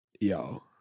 yo